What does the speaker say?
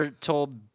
told